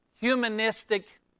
humanistic